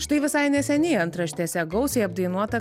štai visai neseniai antraštėse gausiai apdainuota